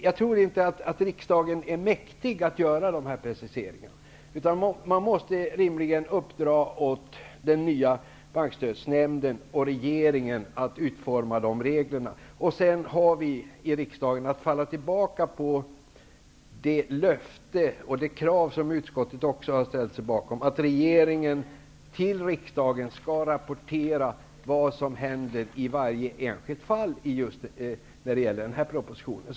Jag tror inte att riksdagen är mäktig att göra dessa preciseringar. Man måste rimligen uppdra åt den nya Bankstödsnämnden och regeringen att utforma dessa regler. Riksdagen har sedan att falla tillbaka på det löfte och det krav som utskottet ställt sig bakom, att regeringen till riksdagen skall rapportera vad som händer i varje enskilt fall när det gäller den här propositionen.